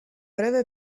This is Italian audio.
breve